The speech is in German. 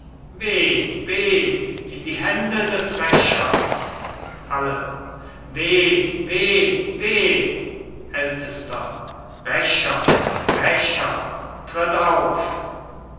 in die hände des rächers alle weh weh weh ältester rächer rächer tritt auf